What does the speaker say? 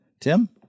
Tim